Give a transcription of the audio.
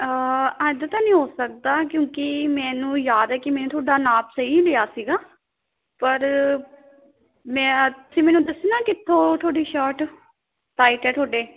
ਇੱਦਾਂ ਤਾਂ ਨਹੀਂ ਹੋ ਸਕਦਾ ਕਿਉਂਕਿ ਮੈਨੂੰ ਯਾਦ ਹੈ ਕਿ ਮੈਂ ਤੁਹਾਡਾ ਨਾਪ ਸਹੀ ਲਿਆ ਸੀਗਾ ਪਰ ਮੈਂ ਤੁਸੀਂ ਮੈਨੂੰ ਦੱਸੋ ਨਾ ਕਿੱਥੋਂ ਤੁਹਾਡੀ ਸ਼ਰਟ ਟਾਈਟ ਹੈ ਤੁਹਾਡੇ